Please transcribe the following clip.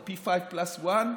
ה-P5+1,